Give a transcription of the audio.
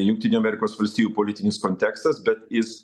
jungtinių amerikos valstijų politinis kontekstas bet jis